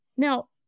Now